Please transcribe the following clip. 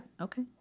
Okay